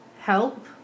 help